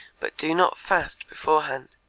but do not fast beforehand